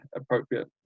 appropriate